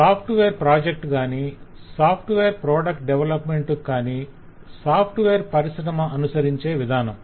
software project గాని software product development కు గాని సాఫ్ట్వేర్ పరిశ్రమ అనుసరించే విధానం